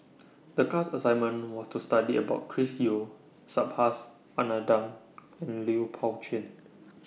The class assignment was to study about Chris Yeo Subhas Anandan and Lui Pao Chuen